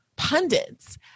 pundits